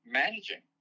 managing